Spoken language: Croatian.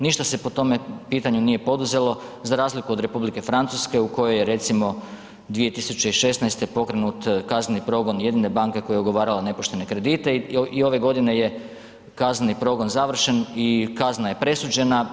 Ništa se po tome pitanju nije poduzelo, za razliku od Republike Francuske u kojoj je, recimo, 2016. pokrenut kazneni progon jedine banke koja je ugovarala nepoštene kredite i ove godine je kazneni progon završen i kazna je presuđena.